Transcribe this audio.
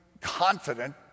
confident